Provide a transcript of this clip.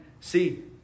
See